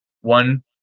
one